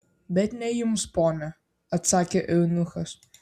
bet ne jums ponia atsakė eunuchas